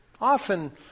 often